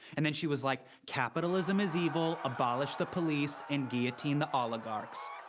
and then she was like, capitalism is evil, abolish the police, and guillotine the oligarchs.